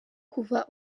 kuva